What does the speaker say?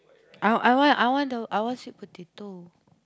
I want I want I want sweet potato